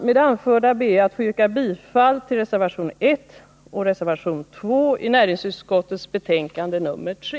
Med det anförda ber jag att få yrka bifall till reservationerna 1 och 2 vid näringsutskottets betänkande nr 3.